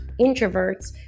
introverts